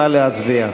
נא להצביע.